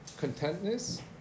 contentness